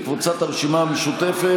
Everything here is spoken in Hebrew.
פעם אחת בכל הכנסת התשע-עשרה.